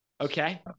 Okay